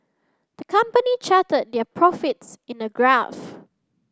the company charted their profits in a graph